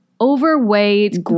overweight